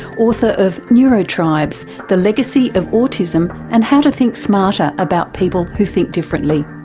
author of neurotribes the legacy of autism and how to think smarter about people who think differently.